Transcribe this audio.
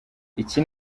iki